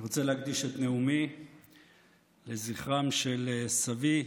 אני רוצה להקדיש את נאומי לזכרם של סבי,